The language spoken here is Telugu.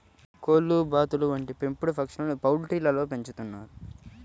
కోళ్లు, బాతులు వంటి పెంపుడు పక్షులను పౌల్ట్రీలలో పెంచుతున్నారు